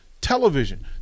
television